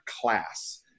class